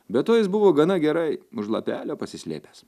be to jis buvo gana gerai už lapelio pasislėpęs